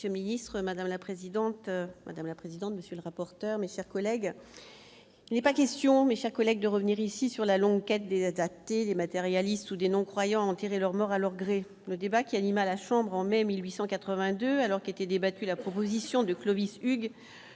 présidente, madame la présidente, monsieur le rapporteur, mes chers collègues n'est pas question, mes chers collègues de revenir ici sur la longue quête des athées les matérialistes des non-croyants enterrer leurs morts à leur gré le débat qui anime à la Chambre en mai 1882 alors qu'était débattue la proposition de Clovis Hugues